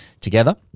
together